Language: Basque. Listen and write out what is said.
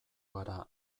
gara